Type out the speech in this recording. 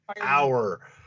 hour